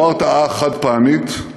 לא הרתעה חד-פעמית,